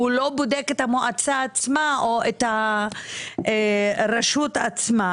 והוא לא בודק את המועצה עצמה או את הרשות עצמה.